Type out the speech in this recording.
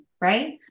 right